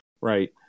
Right